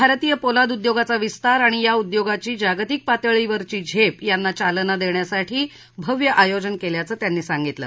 भारतीय पोलाद उद्योगाचा विस्तार आणि या उद्योगाची जागतिक पातळीवरची झेप यांना चालना देण्यासाठी भव्य आयोजन केल्याचं त्यांनी सांगितलं